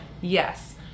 yes